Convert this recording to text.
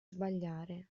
sbagliare